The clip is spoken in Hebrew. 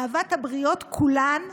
אהבת הבריות כולן,